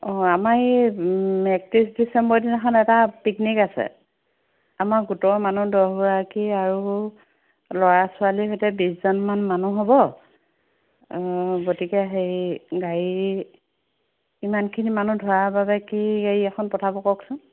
অঁ আমাৰ এই একত্ৰিছ ডিচেম্বৰ দিনাখন এটা পিকনিক আছে আমাৰ গোটৰ মানুহ দহগৰাকী আৰু ল'ৰা ছোৱালীৰ সৈতে বিশজন মান মানুহ হ'ব গতিকে হেৰি গাড়ী ইমানখিনি মানুহ ধৰাৰ বাবে কি গাড়ী এখন পঠাব কওকচোন